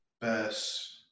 best